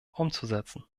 umzusetzen